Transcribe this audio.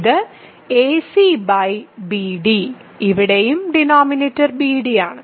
ഇത് acbd ഇവിടെയും denominator bd ആണ്